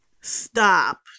stop